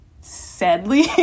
sadly